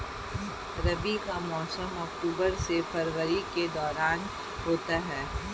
रबी का मौसम अक्टूबर से फरवरी के दौरान होता है